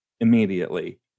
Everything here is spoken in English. immediately